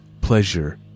pleasure